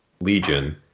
legion